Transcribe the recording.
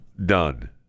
Done